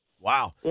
Wow